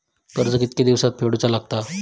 कर्ज कितके दिवसात फेडूचा लागता?